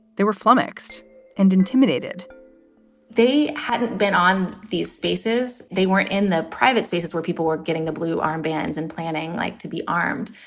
they were flummoxed and intimidated they hadn't been on these spaces. they weren't in the private spaces where people were getting the blue armbands and planning like to be armed.